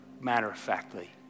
matter-of-factly